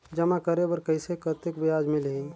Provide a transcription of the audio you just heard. जमा करे बर कइसे कतेक ब्याज मिलही?